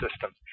system